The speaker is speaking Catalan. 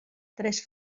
tres